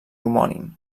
homònim